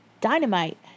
Dynamite